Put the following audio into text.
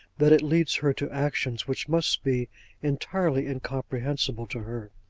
that it leads her to actions which must be entirely incomprehensible to her,